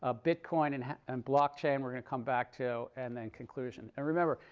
ah bitcoin and and blockchain we're going to come back to. and then conclusion. and remember,